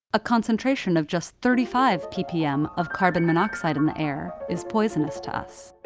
a concentration of just thirty five ppm of carbon monoxide in the air is poisonous to us.